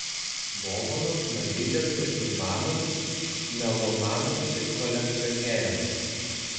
dovanos smaližiams ir gurmanams melomanams ir kolekcionieriams